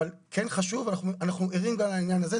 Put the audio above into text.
אבל אנחנו ערים גם לעניין הזה.